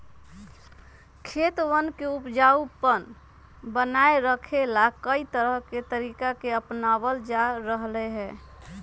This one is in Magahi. खेतवन के उपजाऊपन बनाए रखे ला, कई तरह के तरीका के अपनावल जा रहले है